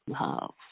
love